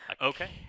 Okay